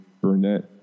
Burnett